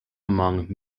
among